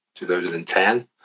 2010